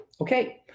okay